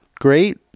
great